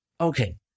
Okay